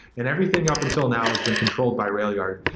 and everything up until now has been controlled by railyard.